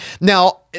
now